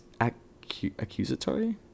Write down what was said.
accusatory